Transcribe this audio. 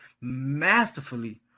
masterfully